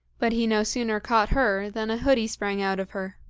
but he no sooner caught her than a hoodie sprang out of her.